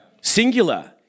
singular